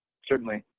certainly,